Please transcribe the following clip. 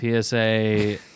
PSA